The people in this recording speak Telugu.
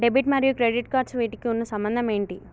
డెబిట్ మరియు క్రెడిట్ కార్డ్స్ వీటికి ఉన్న సంబంధం ఏంటి?